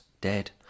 dead